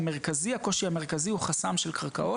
חוק חינוך חובה.